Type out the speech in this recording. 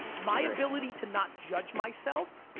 my ability to not judge myself,